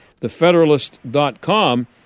thefederalist.com